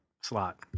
slot